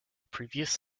previous